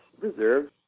reserves